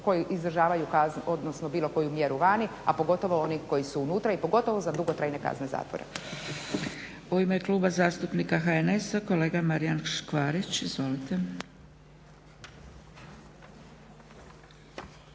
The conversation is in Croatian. koji … kaznu, odnosno bilo koju mjeru vani, a pogotovo oni koji su unutra i pogotovo za dugotrajne kazne zatvora. **Zgrebec, Dragica (SDP)** U ime Kluba zastupnika HNS-a, kolega Marijan Škvarić. Izvolite.